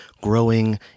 growing